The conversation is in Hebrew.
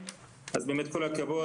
אז באמת כל הכבוד,